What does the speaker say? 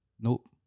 nope